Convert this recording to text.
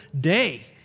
day